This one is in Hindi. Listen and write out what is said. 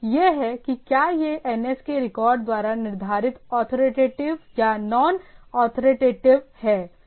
यह है कि क्या यह NS के रिकॉर्ड द्वारा निर्धारित अथॉरिटेटिव या नॉन अथॉरिटेटिव है